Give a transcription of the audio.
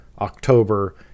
October